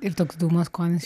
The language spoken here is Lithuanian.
ir toks dūmo skonis